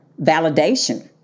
validation